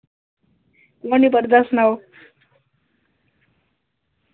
कौन निं पढ़दा सनाओ